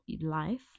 life